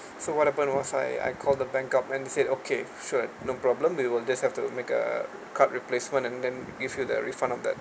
so what happened was I I call the bank up and they said okay sure no problem we will just have to make a card replacement and then give you the refund of that